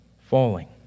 falling